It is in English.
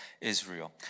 Israel